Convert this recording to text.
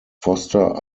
foster